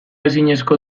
ezineko